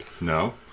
No